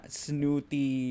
snooty